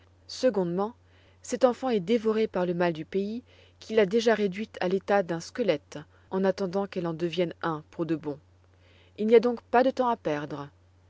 secondement cette enfant est dévorée par le mal du pays qui l'a déjà réduite à l'état d'un squelette en attendant qu'elle en devienne un pour de bon il n'y a donc pas de temps à perdre